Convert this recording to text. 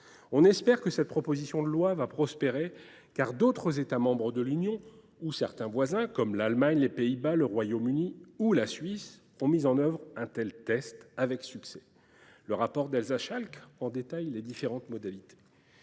espérons que cette proposition de loi pourra prospérer, car d’autres États membres de l’Union ou certains de nos voisins comme l’Allemagne, les Pays Bas, le Royaume Uni ou la Suisse ont mis en œuvre un tel test avec succès. Le rapport d’Elsa Schalck en détaille les différentes modalités.